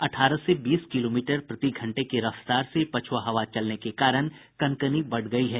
अठारह से बीस किलोमीटर प्रति घंटे की रफ्तार से पछुआ हवा चलने के कारण कनकनी बढ़ गयी है